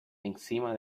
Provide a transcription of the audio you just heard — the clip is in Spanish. encima